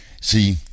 See